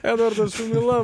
edvardas šumila